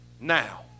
now